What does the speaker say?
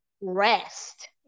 rest